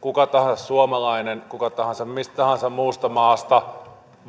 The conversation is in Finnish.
kuka tahansa suomalainen kuka tahansa mistä tahansa muusta maasta